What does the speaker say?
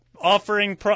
offering